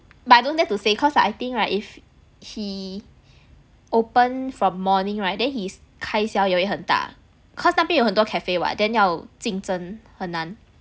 but I don't dare to say cause I think right if he open from morning right then his 开销也会很大 cause 那边有很多 cafe [what] then 要竞争会很难